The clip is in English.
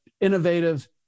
innovative